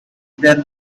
then